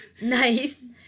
Nice